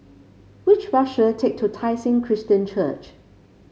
which bus should I take to Tai Seng Christian Church